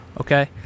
okay